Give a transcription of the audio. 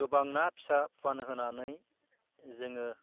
गोबां ना फिसा फुवान होनानै जोङो